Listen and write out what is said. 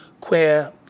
queer